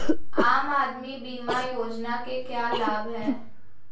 आम आदमी बीमा योजना के क्या लाभ हैं?